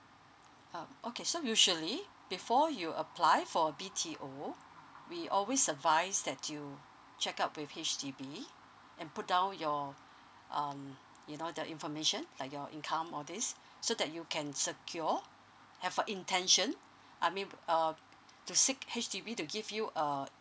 um okay so usually before you apply for a B_T_O we always advise that you check out with H_D_B and put down your um you know the information like your income all these so that you can secure have a intention I mean err to seek H_D_B to give you a